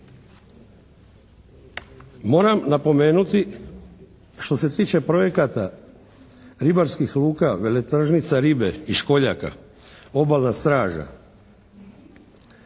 Moram napomenuti što se tiče projekata ribarskih luka, veletržnica ribe i školjaka, obalna straža